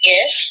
Yes